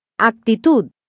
Actitud